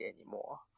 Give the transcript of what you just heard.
anymore